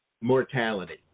mortality